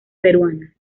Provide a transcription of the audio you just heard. peruanas